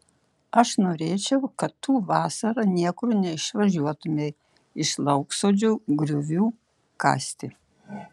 aš norėčiau kad tu vasarą niekur neišvažiuotumei iš lauksodžio griovių kasti